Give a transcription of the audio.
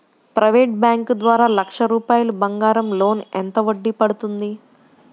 Private bank ద్వారా లక్ష రూపాయలు బంగారం లోన్ ఎంత వడ్డీ పడుతుంది?